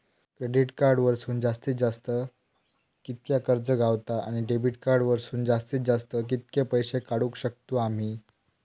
Credit card वरसून जास्तीत जास्त कितक्या कर्ज गावता, आणि डेबिट कार्ड वरसून जास्तीत जास्त कितके पैसे काढुक शकतू आम्ही?